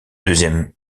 deuxième